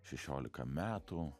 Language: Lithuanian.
šešiolika metų